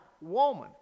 woman